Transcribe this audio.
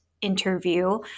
interview